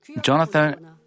Jonathan